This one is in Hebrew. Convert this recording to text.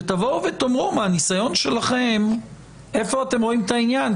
שתאמרו מהניסיון שלכם איפה אתם רואים את העניין,